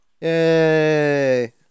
Yay